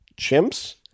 chimps